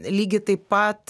lygiai taip pat